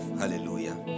hallelujah